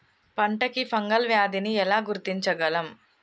పంట కి ఫంగల్ వ్యాధి ని ఎలా గుర్తించగలం?